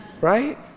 right